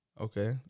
Okay